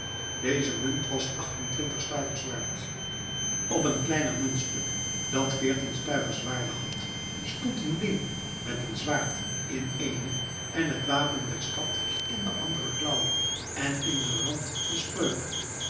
deze munt was achtentwintig stuivers waard op een kleiner muntstuk dat veertien stuivers waarde had stond een leeuw met een zwaard in den eenen en het wapen der stad in den anderen klauw en in den rand de spreuk